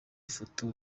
ifoto